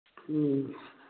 ꯎꯝ